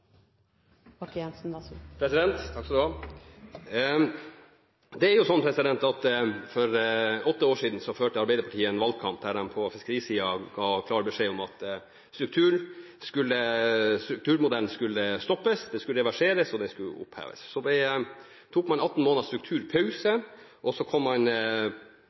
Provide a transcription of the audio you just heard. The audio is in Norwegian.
For åtte år siden førte Arbeiderpartiet en valgkamp der de på fiskerisiden ga klar beskjed om at strukturmodellen skulle stoppes, den skulle reverseres og den skulle oppheves. Så tok man 18 måneders strukturpause, og så kom man